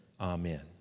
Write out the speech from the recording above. Amen